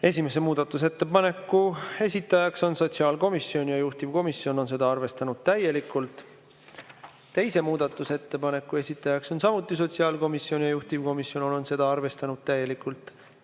Esimese muudatusettepaneku esitaja on sotsiaalkomisjon ja juhtivkomisjon on seda arvestanud täielikult. Teise muudatusettepaneku esitaja on samuti sotsiaalkomisjon ja juhtivkomisjon on seda arvestanud täielikult.